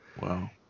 Wow